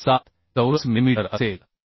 67 चौरस मिलिमीटर असेल